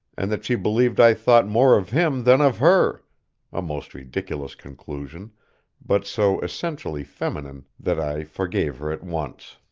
and that she believed i thought more of him than of her a most ridiculous conclusion but so essentially feminine that i forgave her at once.